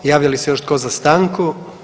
Javlja li se još tko za stanku?